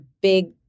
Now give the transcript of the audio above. big